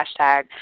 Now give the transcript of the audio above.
hashtag